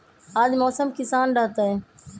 आज मौसम किसान रहतै?